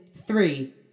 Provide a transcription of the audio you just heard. three